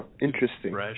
Interesting